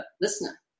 listener